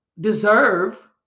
deserve